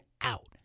out